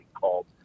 called